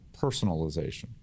personalization